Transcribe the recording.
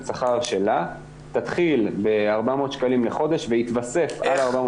שכר שלה תתחיל ב-400 שקלים לחודש ויתווסף על ה-400